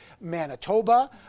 Manitoba